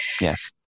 Yes